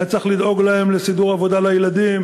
היה צריך לדאוג להן לסידור עבודה לילדים,